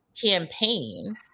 campaign